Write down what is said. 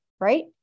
Right